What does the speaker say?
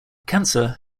cancer